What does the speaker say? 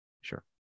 Sure